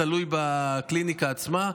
תלוי בקליניקה עצמה,